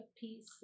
piece